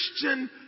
Christian